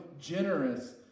generous